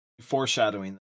Foreshadowing